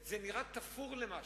זה נראה תפור למשהו.